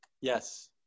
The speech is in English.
Yes